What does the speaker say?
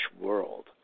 world